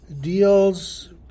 deals